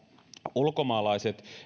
ulkomaalaisten